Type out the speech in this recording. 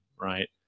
right